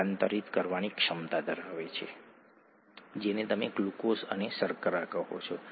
૩ kilocalories છે અને તે વિવિધ વસ્તુઓ માટે યોગ્ય કદ વિશે છે